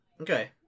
Okay